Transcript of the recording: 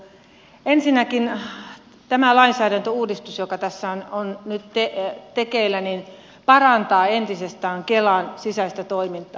ensinnäkin tämä lainsäädäntöuudistus joka tässä on nyt tekeillä parantaa entisestään kelan sisäistä toimintaa